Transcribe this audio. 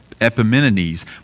Epimenides